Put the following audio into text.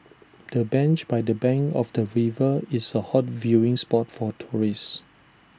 the bench by the bank of the river is A hot viewing spot for tourists